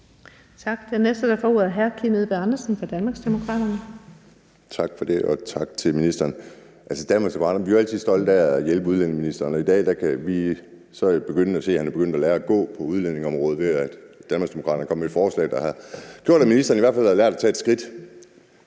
Tak. Den næste, der får ordet, er hr. Kim Edberg Andersen fra Danmarksdemokraterne. Kl. 13:38 Kim Edberg Andersen (DD): Tak for det, og tak til ministeren. I Danmarksdemokraterne er vi jo altid stolte af at hjælpe udlændingeministeren, og i dag kan vi så begynde at se, at han er begyndt at lære at gå på udlændingeområdet, ved at Danmarksdemokraterne er kommet med et forslag, der har gjort, at ministeren i hvert fald har lært at tage et skridt.